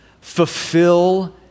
fulfill